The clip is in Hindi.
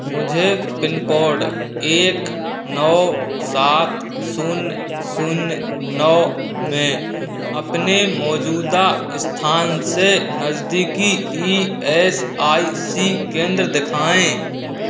मुझे पिनकोड एक नौ सात शून्य शून्य नौ में अपने मौजूदा स्थान से नज़दीकी ई एस आई सी केंद्र दिखाएं